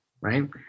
right